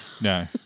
No